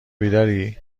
بیداری